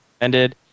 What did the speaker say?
ended